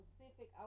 Pacific